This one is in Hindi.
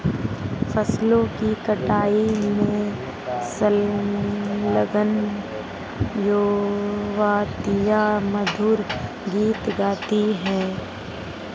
फसलों की कटाई में संलग्न युवतियाँ मधुर गीत गाती हैं